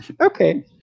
Okay